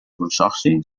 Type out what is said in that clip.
consorci